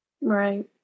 Right